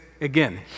again